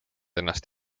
ennast